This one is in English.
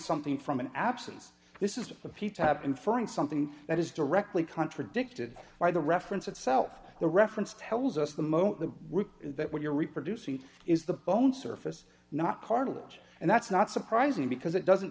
something from an absence this is a pita inferring something that is directly contradicted by the reference itself the reference tells us the moment that what you're reproducing is the bone surface not cartilage and that's not surprising because it doesn't